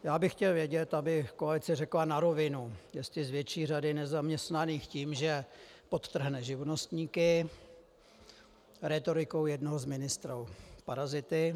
Já bych chtěl vědět, aby koalice řekla na rovinu, jestli zvětší řady nezaměstnaných tím, že podtrhne živnostníky, rétorikou jednoho z ministrů parazity.